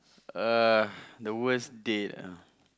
uh the worst date ah